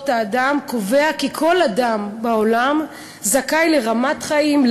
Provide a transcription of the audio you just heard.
האדם קובע כי כל אדם בעולם זכאי לרמת חיים,